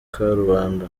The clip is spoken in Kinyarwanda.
karubanda